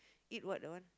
eat what that one